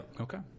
Okay